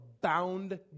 bound